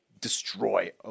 destroy